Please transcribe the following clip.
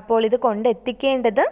അപ്പോൾ ഇത് കൊണ്ടെത്തിക്കേണ്ടത്